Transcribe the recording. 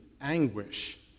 anguish